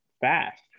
fast